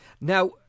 Now